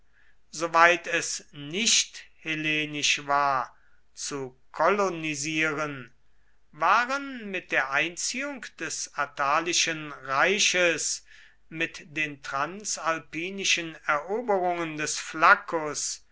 soweit es nicht hellenisch war zu kolonisieren waren mit der einziehung des attalischen reiches mit den transalpinischen eroberungen des